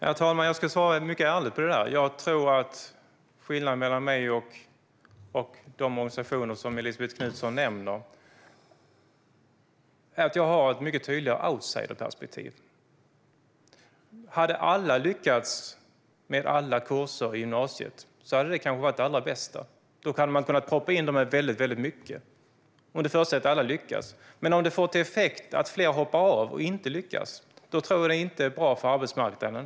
Herr talman! Jag ska svara mycket ärligt på det. Jag tror att skillnaden mellan mig och de organisationer som Elisabet Knutsson nämner är att jag har ett mycket tydligare outsiderperspektiv. Det allra bästa hade kanske varit att alla hade lyckats med alla kurser i gymnasiet. Då hade man kunnat proppa i dem väldigt mycket. Men det förutsätter att alla lyckas. Om effekten i stället blir att fler hoppar av och inte lyckas tror jag inte att det är bra för arbetsmarknaden.